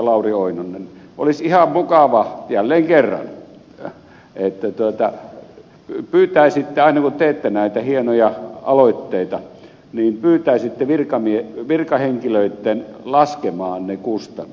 lauri oinonen olisi ihan mukava jälleen kerran että aina kun teette näitä hienoja aloitteita pyytäisitte virkahenkilöitä laskemaan ne kustannukset